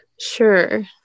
Sure